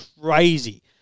crazy